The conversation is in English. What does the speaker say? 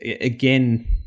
again